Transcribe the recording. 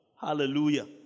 Hallelujah